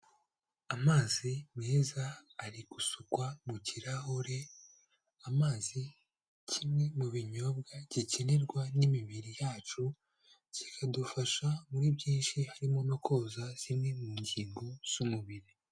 Amazi meza ari gusukwa mu kirahure, amazi kimwe mu binyobwa gikenerwa n'imibiri yacu kikadufasha muri byinshi harimo no koza zimwe mu ngingo z'umubiri.